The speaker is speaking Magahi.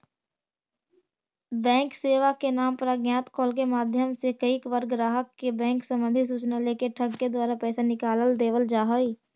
बैंक सेवा के नाम पर अज्ञात कॉल के माध्यम से कईक बार ग्राहक के बैंक संबंधी सूचना लेके ठग के द्वारा पैसा निकाल लेवल जा हइ